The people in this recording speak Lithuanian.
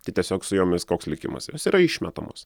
tai tiesiog su jomis koks likimas jos yra išmetamos